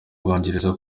bwongereza